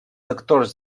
actors